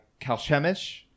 Kalshemish